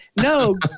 no